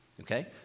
okay